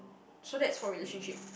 so that's for relationship